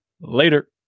Later